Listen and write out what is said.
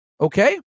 Okay